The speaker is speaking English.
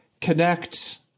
connect